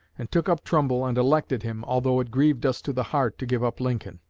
and took up trumbull and elected him, although it grieved us to the heart to give up lincoln.